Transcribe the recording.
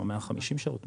150 שעות,